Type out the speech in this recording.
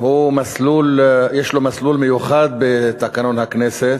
יש לו מסלול מיוחד בתקנון הכנסת,